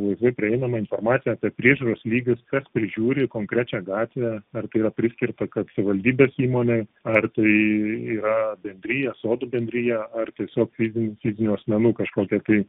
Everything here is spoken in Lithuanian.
laisvai prieinama informacija apie priežiūros lygius kas prižiūri konkrečią gatvę ar tai yra priskirta kad savivaldybės įmonei ar tai yra bendrija sodų bendrija ar tiesiog fizinių fizinių asmenų kažkokia tai